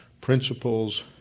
principles